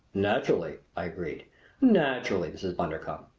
naturally, i agreed naturally, mrs. bundercombe.